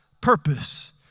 purpose